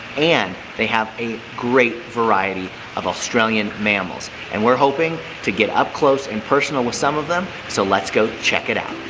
and they have a great variety of australian mammals. and we're hoping to get up close and personal with some of them so let's go check it out!